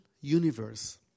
universe